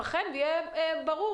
כדי שזה יהיה יותר ברור,